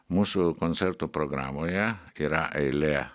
mūsų koncerto programoje yra eilė